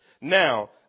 Now